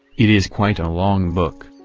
it is quite a long book.